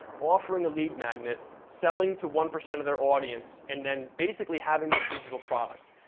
offering a lead magnet, selling to one percent of their audience, and then basically having this digital product.